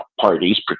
parties